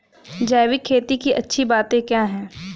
जैविक खेती की अच्छी बातें क्या हैं?